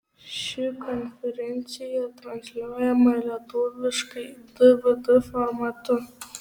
ši konferencija transliuojama lietuviškai dvd formatu